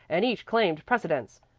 and each claimed precedence.